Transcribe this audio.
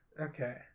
Okay